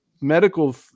medical